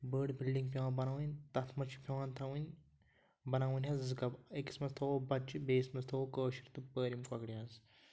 بٔڑ بِلڈِنٛگ چھِ پٮ۪وان بَناوٕنۍ تَتھ منٛز چھِ پٮ۪وان تھاوٕنۍ بَناوٕنۍ حظ زٕ کَب أکِس منٛز تھاوَو بَتچہِ بیٚیِس منٛز تھاوَو کٲشُر تہٕ پٲرِم کۄکرِ حظ